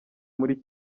muri